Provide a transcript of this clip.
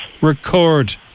record